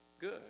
good